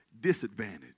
disadvantage